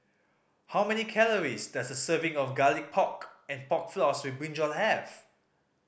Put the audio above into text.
how many calories does a serving of Garlic Pork and Pork Floss with brinjal have